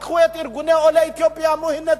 לקחו את ארגוני עולי אתיופיה ואמרו: הנה,